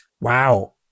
Wow